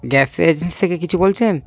gas agency থেকে কিছু বলছেন